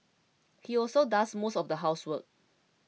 he also does most of the housework